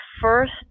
first